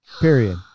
Period